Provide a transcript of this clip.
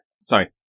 sorry